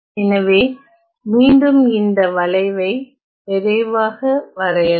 எனவே மீண்டும் இந்த வளைவை விரைவாக வரையலாம்